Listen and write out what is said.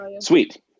sweet